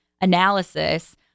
analysis